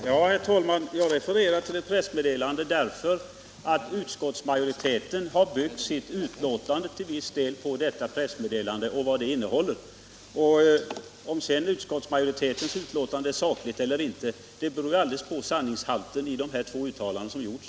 Herr talman! Jag refererar till ett pressmeddelande därför att utskottsmajoriteten till viss del byggt sitt betänkande på detta pressmeddelande och vad det innehåller. Om sedan utskottsmajoritetens betänkande är sakligt eller inte, det beror ju helt på sanningshalten i de två uttalanden som gjorts.